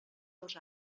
els